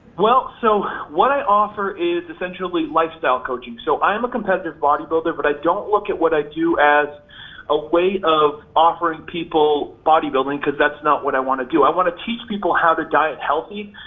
well, so what i offer is, essentially, lifestyle coaching. so i am a competitive bodybuilder, but i don't look at what i do as a way of offering people bodybuilding, because that's not what i wanna do. i want to teach people how to diet healthy,